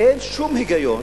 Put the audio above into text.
אין שום היגיון